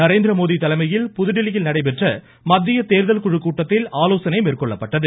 நரேந்திரமோடி தலைமையில் புதுதில்லியில் நடைபெற்ற மத்திய தேர்தல் குழு கூட்டத்தில் ஆலோசனை மேற்கொள்ளப்பட்டது